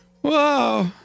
Whoa